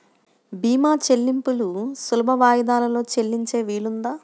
భీమా చెల్లింపులు సులభ వాయిదాలలో చెల్లించే వీలుందా?